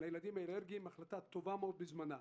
לילדים אלרגיים החלטה טובה מאד, בזמנה.